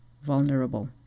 vulnerable